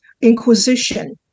inquisition